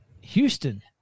Houston